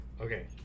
okay